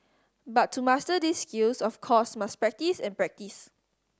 but to master these skills of course must practise and practise